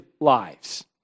lives